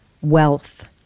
wealth